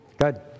Good